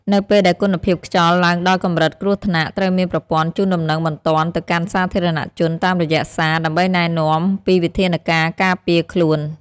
នៅពេលដែលគុណភាពខ្យល់ឡើងដល់កម្រិតគ្រោះថ្នាក់ ត្រូវមានប្រព័ន្ធជូនដំណឹងបន្ទាន់ទៅកាន់សាធារណជនតាមរយៈសារ ដើម្បីណែនាំពីវិធានការការពារខ្លួន។